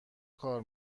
کار